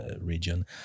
region